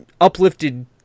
uplifted